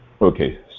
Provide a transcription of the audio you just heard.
Okay